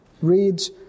reads